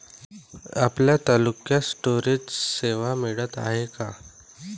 आपल्या तालुक्यात स्टोरेज सेवा मिळत हाये का?